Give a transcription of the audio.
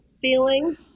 feeling